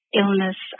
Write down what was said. illness